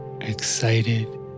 excited